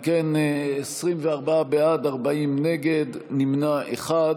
אם כן, 24 בעד, 40 נגד, נמנע אחד.